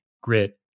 grit